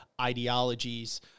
ideologies